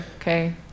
okay